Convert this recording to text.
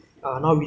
I do this [one]